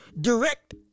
direct